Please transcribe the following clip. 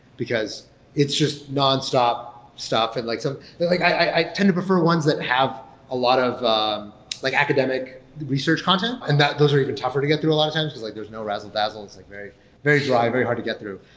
because it's just nonstop stuff and like so like i tend to prefer ones that have a lot of like academic research content, and those are even tougher to get through a lot of times because like there's no razzle-dazzle, it's like very very dry, very hard to get through.